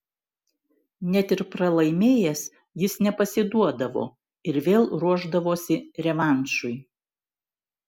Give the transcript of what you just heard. net ir pralaimėjęs jis nepasiduodavo ir vėl ruošdavosi revanšui